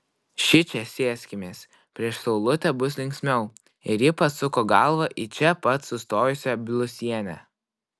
šičia sėskimės prieš saulutę bus linksmiau ir ji pasuko galvą į čia pat sustojusią blusienę